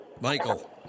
Michael